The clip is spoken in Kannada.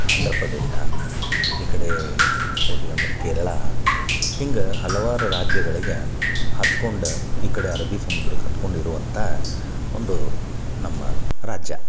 ಆಂಧ್ರಪ್ರದೇಶ ಈ ಕಡೆ ಹೋದ್ವಿ ಅಂದ್ರೆ ಕೇರಳ ಹಿಂಗೆ ಹಲವಾರು ರಾಜ್ಯಗಳಿಗೆ ಹತ್ಕೊಂಡ ಈ ಕಡೆ ಅರಬ್ಬೀ ಸಮುದ್ರಕ್ಕೆ ಹತ್ಕೊಂಡಿರುವಂಥ ಒಂದು ನಮ್ಮ ರಾಜ್ಯ